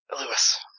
Lewis